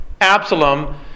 Absalom